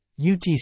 UTC